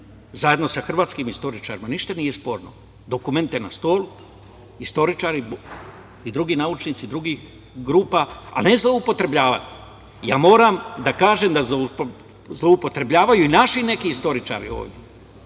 zajedno sa hrvatskim istoričarima. Ništa nije sporno. Dokument je na stolu, istoričari i drugi naučnici drugih grupa, a ne zloupotrebljavati. Ja moram da kažem da zloupotrebljavaju i naši neki istoričari ovde.